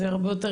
זה הרבה יותר